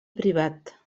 privat